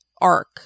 arc